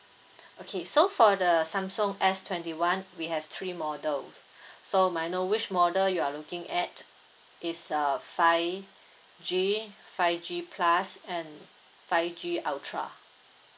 okay so for the samsung S twenty one we have three model so may I know which model you are looking at it's uh five G five G plus and five G ultra